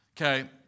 okay